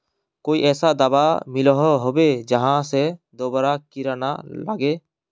कोई ऐसा दाबा मिलोहो होबे जहा से दोबारा कीड़ा ना लागे?